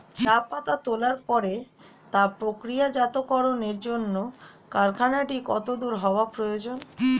চা পাতা তোলার পরে তা প্রক্রিয়াজাতকরণের জন্য কারখানাটি কত দূর হওয়ার প্রয়োজন?